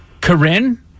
Corinne